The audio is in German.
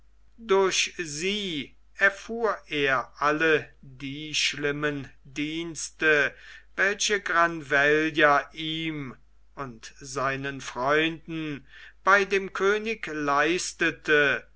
durch sie erfuhr er all die schlimmen dienste welche granvella ihm und seinen freunden bei dem könig leistete